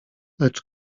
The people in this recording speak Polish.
lecz